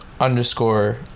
underscore